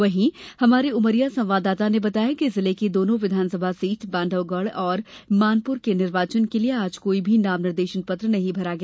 वहीं हमारे उमरिया संवाददाता ने बताया है कि जिले की दोनो विधानसभा सीट बांधवगढ़ और मानपुर के निर्वाचन के लिए आज कोई भी नाम निर्देशन पत्र नहीं भरा गया